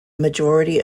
majority